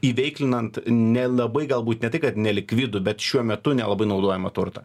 įveiklinant nelabai galbūt ne tai kad nelikvidų bet šiuo metu nelabai naudojamą turtą